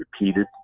repeated